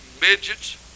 midgets